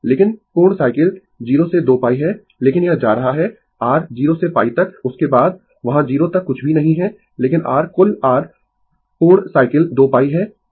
लेकिन पूर्ण साइकिल 0 से 2π है लेकिन यह जा रहा है r 0 से π तक उसके बाद वहां 0 तक कुछ भी नहीं है लेकिन r कुल r पूर्ण साइकिल 2 π है